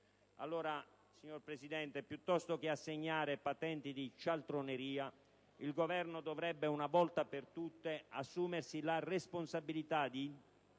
italiana. Signor Presidente, piuttosto che assegnare patenti di cialtroneria, il Governo dovrebbe, una volta per tutte, assumersi la responsabilità di